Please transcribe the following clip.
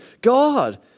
God